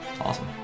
awesome